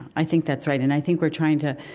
i think that's right. and i think we're trying to,